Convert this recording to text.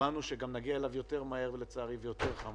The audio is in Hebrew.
הבנו שגם נגיע אליו יותר מהר לצערי ויותר חמור.